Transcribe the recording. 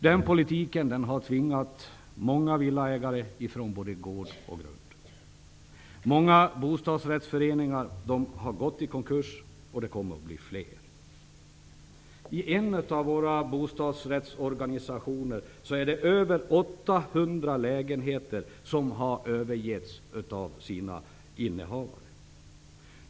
Den politiken har tvingat många villaägare ifrån både gård och grund. Många bostadrättsföreningar har gått i konkurs, och det kommer att bli fler. I en av bostadsrättsorganisationerna har över 800 lägenheter övergetts av sina innehavare.